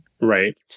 Right